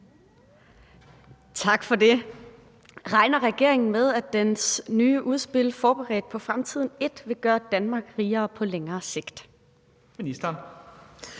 Robsøe (RV): Regner regeringen med, at dens nye udspil »Forberedt på fremtiden I« vil gøre Danmark rigere på langt sigt? Første